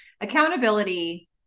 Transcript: accountability